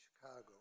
Chicago